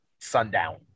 sundown